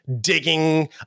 digging